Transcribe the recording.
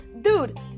Dude